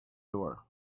door